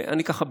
אני ככה,